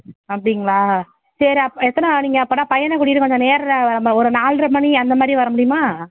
அப்படிங்களா சரி அப்போ எத்தனை நீங்கள் அப்போனா பையனை கூட்டிகிட்டு கொஞ்சம் நேரில் வர ஒரு நால்ரை மணி அந்தமாதிரி வரமுடியுமா